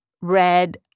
red